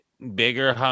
bigger